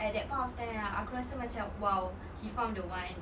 at that point of time yang aku rasa macam !wow! he found the one